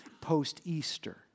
post-Easter